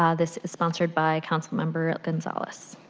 um this is sponsored by councilmember gonzales.